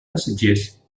passatgers